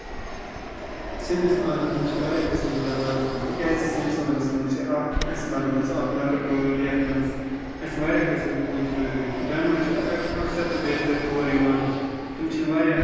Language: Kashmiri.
سٲنِس آنگنَس منٛز چھِ واریاہ قٕسمٕکۍ جاناوار یِوان تِکیازِ سانِس آنگنَس منٛز چھِ اکھ اَسہِ بَناومٕژ اکھ لۄکٔٹ وٲر یَتھ منٛز اَسہِ واریاہ قٕسمٕکۍ لُکھ چھِ روٗمٕتۍ جاناوار چھِ اَکثر تہٕ بیشتر تور یِوان تِم چھِ واریاہ